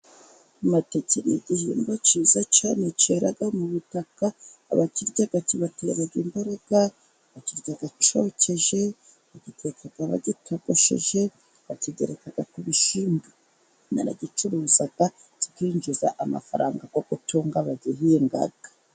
Amateke, igihingwa cyiza cyane cyera mu butaka, abakirya kibatera imbaraga, bakirya cyokeje, bagiteka bagitogosheje, bakigerekaga ku bishyimbo. Baragicuruza kikinjiza amafaranga yo utunga abagihinga.